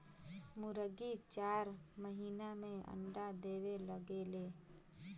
मुरगी चार महिना में अंडा देवे लगेले